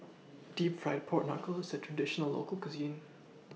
Deep Fried Pork Knuckle IS A Traditional Local Cuisine